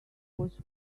was